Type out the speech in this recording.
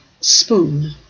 spoon